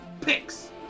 picks